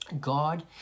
God